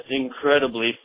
incredibly